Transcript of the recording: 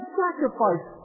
sacrifice